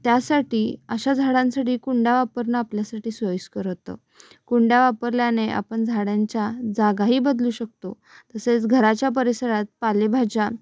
त्यासाठी अशा झाडांसाठी कुंड्या वापरणं आपल्यासाठी सोयीस्कर होतं कुंड्या वापरल्याने आपण झाडांच्या जागाही बदलू शकतो तसेच घराच्या परिसरात पालेभाज्या